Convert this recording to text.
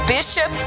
Bishop